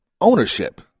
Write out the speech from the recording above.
ownership